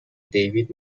دیوید